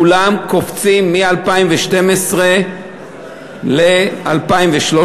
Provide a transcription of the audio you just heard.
כולם קופצים מ-2012 ל-2013.